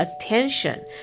attention